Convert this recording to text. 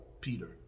Peter